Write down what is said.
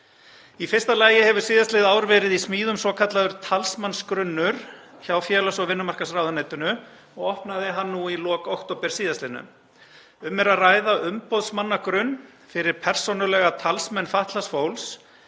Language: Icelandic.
Í fyrsta lagi hefur síðastliðið ár verið í smíðum svokallaður talsmannsgrunnur hjá félags- og vinnumarkaðsráðuneytinu og opnaði hann nú í lok október síðastliðins. Um er að ræða umboðsmannagrunn fyrir persónulega talsmenn fatlaðs fólks